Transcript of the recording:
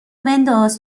بنداز